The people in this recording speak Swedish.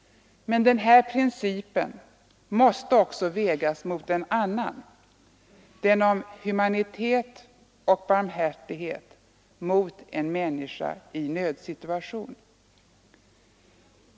Men denna princip måste också vägas mot en annan, nämligen den om humanitet och barmhärtighet mot en människa i nödsituation.